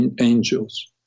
angels